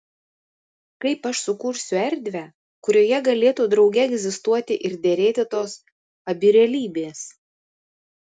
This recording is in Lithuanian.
kaip aš sukursiu erdvę kurioje galėtų drauge egzistuoti ir derėti tos abi realybės